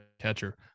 catcher